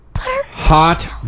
Hot